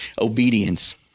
Obedience